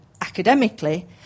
academically